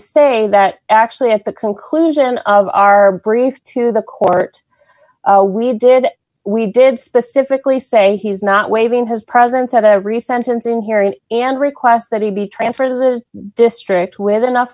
stay that actually at the conclusion of our brief to the court we did we did specifically say he's not waiving his presence at a recent tensing hearing and request that he be transferred to the district with enough